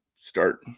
start